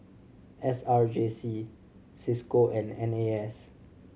S R J C Cisco and N A S